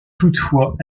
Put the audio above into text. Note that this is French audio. toutefois